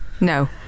No